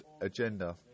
agenda